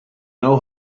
know